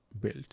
built